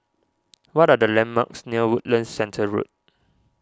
what are the landmarks near Woodlands Centre Road